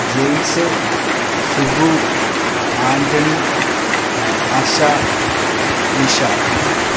James Suku Antony Asha Nisha